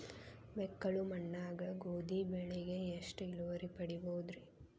ಮೆಕ್ಕಲು ಮಣ್ಣಾಗ ಗೋಧಿ ಬೆಳಿಗೆ ಎಷ್ಟ ಇಳುವರಿ ಪಡಿಬಹುದ್ರಿ?